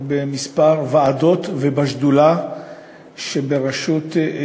בכמה ועדות ובשדולה שבראשות,